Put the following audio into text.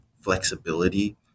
flexibility